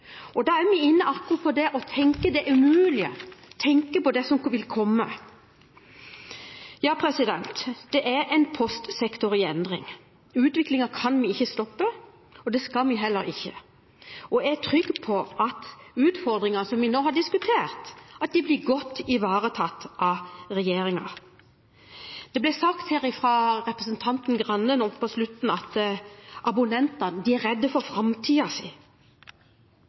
Da er vi inne på det å tenke det umulige, tenke på det som vil komme. Det er en postsektor i endring. Utviklingen kan vi ikke stoppe, og det skal vi heller ikke. Jeg er trygg på at utfordringene som vi nå har diskutert, blir godt ivaretatt av regjeringen. Det ble nå sagt av representanten Grande at abonnentene er redde for